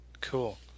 Cool